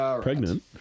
Pregnant